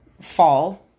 fall